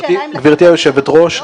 גברתי היושבת-ראש,